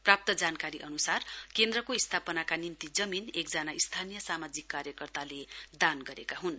प्राप्त जानकारी अन्सार केन्द्रको स्थापनाका निम्ति जमीन एकजना स्थानीय सामाजिक कार्यकर्ताले दान गरेका हुन्